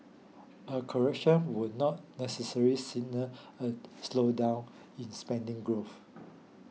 a correction would not necessarily signal a slowdown in spending growth